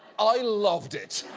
i loved it.